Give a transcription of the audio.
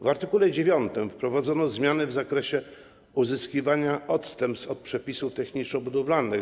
W art. 9 wprowadzono zmiany w zakresie uzyskiwania odstępstw od przepisów techniczno-budowlanych.